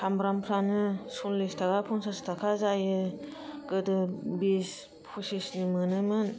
सामब्राम फ्रानो सललिस थाखा फनसास थाखा जायो गोदो बिस फसिसनि मोनोमोन